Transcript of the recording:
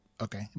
okay